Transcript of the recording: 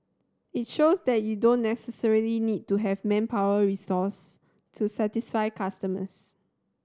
it shows that you don't necessarily need to have manpower resource to satisfy customers